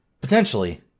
Potentially